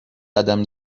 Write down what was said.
قدم